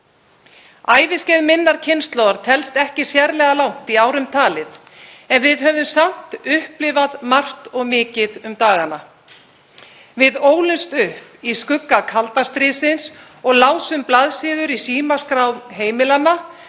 Æviskeið minnar kynslóðar telst ekki sérlega langt í árum talið en við höfum samt upplifað margt og mikið um dagana. Við ólumst upp í skugga kalda stríðsins og lásum blaðsíður í símaskrá heimilanna